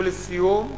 ולסיום,